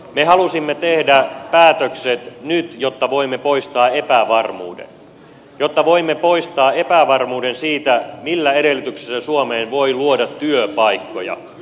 me halusimme tehdä päätökset nyt jotta voimme poistaa epävarmuuden jotta voimme poistaa epävarmuuden siitä millä edellytyksillä suomeen voi luoda työpaikkoja